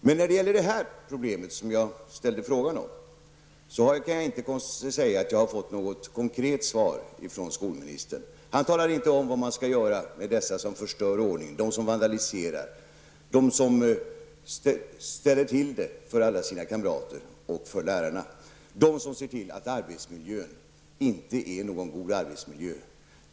Men när det gäller det problem som jag frågade om kan jag inte säga att jag har fått något konkret svar från skolministern. Han talar inte om vad man skall göra med de elever som förstör ordningen, som vandaliserar, som ställer till det för alla sina kamrater och för lärarna och som ser till att arbetsmiljön inte är god.